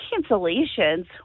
cancellations